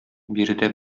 биредә